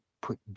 put